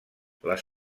les